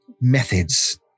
methods